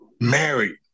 married